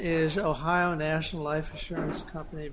is ohio national life insurance company